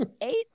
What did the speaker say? eight